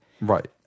Right